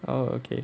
oh okay